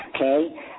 okay